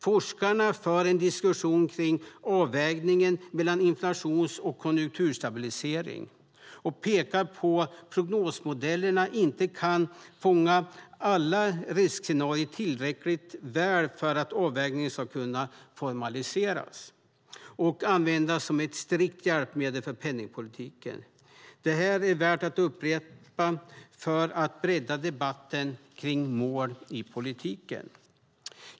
Forskarna för en diskussion kring avvägningen mellan inflations och konjunkturstabilisering och pekar på att prognosmodellerna inte kan fånga alla riskscenarier tillräckligt väl för att avvägningen ska kunna formaliseras och användas som ett strikt hjälpmedel för penningpolitiken. Det är värt att upprepa för att bredda debatten kring mål i politiken.